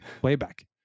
Playback